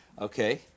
Okay